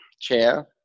chair